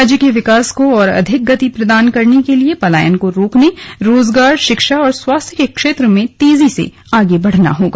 राज्य के विकास को और अधिक गति प्रदान करने के लिये पलायन को रोकने रोजगार शिक्षा और स्वास्थ्य के क्षेत्र में तेजी से आगे बढ़ना होगा